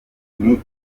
inkomoko